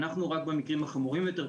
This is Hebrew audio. ואנחנו רק במקרים החמורים יותר,